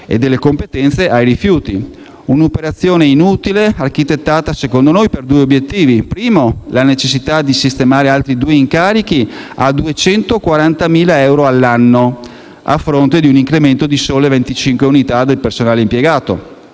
le competenze ai rifiuti. È un'operazione inutile, architettata a nostro avviso per due obiettivi: la necessità di sistemare altri due incarichi a 240.000 euro all'anno (a fronte di un incremento di solo 25 unità del personale impiegato)